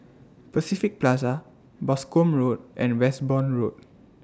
Pacific Plaza Boscombe Road and Westbourne Road